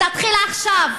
תתחיל עכשיו.